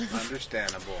Understandable